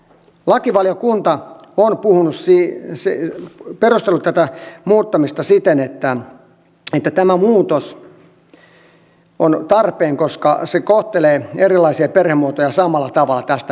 lakivaliokunta on perustellut tätä muuttamista siten että tämä muutos on tarpeen koska se kohtelee erilaisia perhemuotoja samalla tavalla tästä eteenpäin